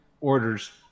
orders